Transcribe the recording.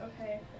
okay